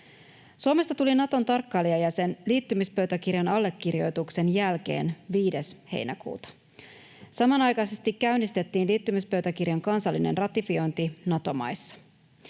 Suomesta tuli Naton tarkkailijajäsen liittymispöytäkirjan allekirjoituksen jälkeen 5. heinäkuuta. Samanaikaisesti käynnistettiin liittymispöytäkirjan kansallinen ratifiointi Nato-maissa.